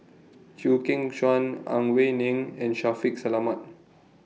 Chew Kheng Chuan Ang Wei Neng and Shaffiq Selamat